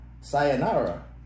sayonara